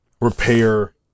repair